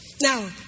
Now